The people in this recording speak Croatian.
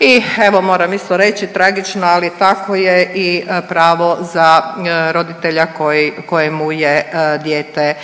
I evo moram isto reći tragično ali tako je i pravo za roditelja koji, kojemu je dijete